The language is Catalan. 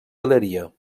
galeria